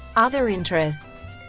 other interests